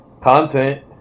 content